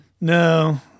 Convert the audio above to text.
No